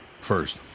first